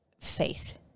faith